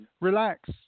relax